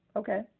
okay